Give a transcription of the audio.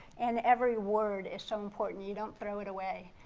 and every word is so important. you you don't throw it away,